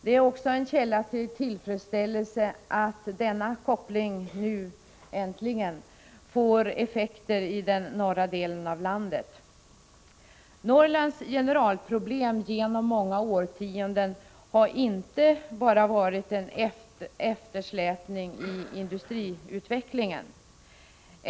Det är också en källa till tillfredsställelse att denna koppling nu — äntligen — får effekter i den norra delen av landet. Norrlands kardinalproblem under många årtionden har inte bara varit en eftersläpning i industriutvecklingen.